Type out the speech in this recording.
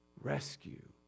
Rescue